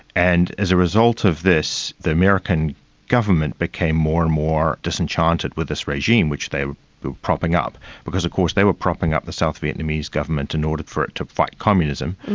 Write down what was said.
and as a result of this the american government became more and more disenchanted with this regime, which they were propping up, because of course they were propping up the south vietnamese government in order for it to fight communism,